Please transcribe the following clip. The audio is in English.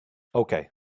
okay